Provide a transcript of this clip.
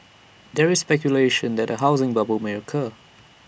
there is speculation that A housing bubble may occur